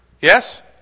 Yes